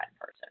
person